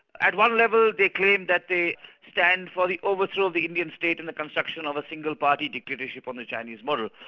at one level they claim that they stand for the overthrow of the indian state and the construction of a single party dictatorship on the chinese model.